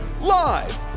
Live